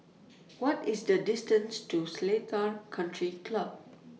What IS The distance to Seletar Country Club